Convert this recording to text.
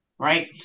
Right